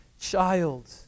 child